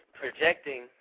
projecting